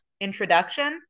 introduction